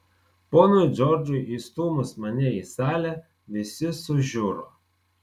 ponui džordžui įstūmus mane į salę visi sužiuro